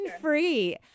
free